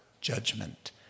judgment